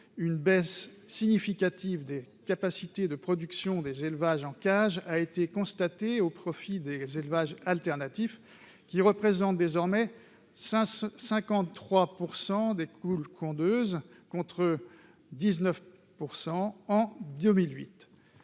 une baisse significative des capacités de production des élevages en cage a été constatée au profit des autres types d'élevages, lesquels représentent désormais 53 % des poules pondeuses, contre 19 % en 2008.